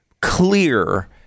clear